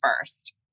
first